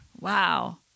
wow